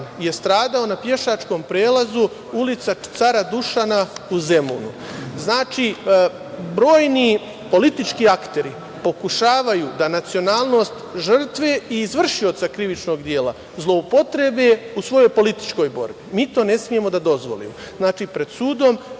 je stradao na pešačkom prelazu, ulica Cara Dušana u Zemunu. Znači, brojni politički akteri pokušavaju da nacionalnost žrtve i izvršioca krivičnog dela zloupotrebe u svojoj političkoj borbi. Mi to ne smemo da dozvolimo. Pred sudom